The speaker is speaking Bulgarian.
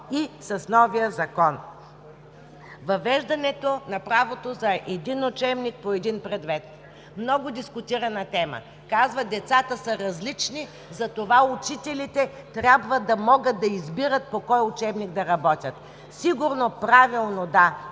предмет. Много дискутирана тема. Казват, децата са различни, затова учителите трябва да могат да избират по кой учебник да работят. Сигурно! Правилно, да,